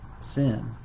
sin